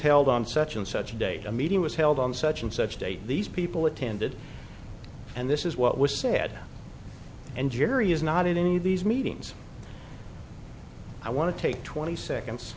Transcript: held on such and such a date a meeting was held on such and such date these people attended and this is what was said and jerry is not in any of these meetings i want to take twenty seconds